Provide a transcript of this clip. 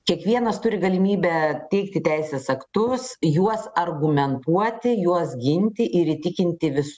kiekvienas turi galimybę teikti teisės aktus juos argumentuoti juos ginti ir įtikinti vis